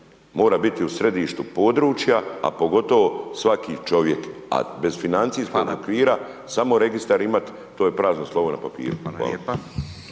Mora biti u središtu područja a pogotovo svaki čovjek, a bez financijskog okvira, samo registar imati, to je prazno slovo na papiru.